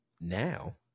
now